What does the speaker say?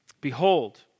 behold